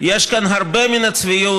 יש כאן הרבה מן הצביעות